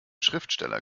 schriftsteller